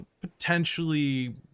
potentially